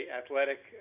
athletic